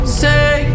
say